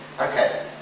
Okay